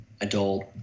adult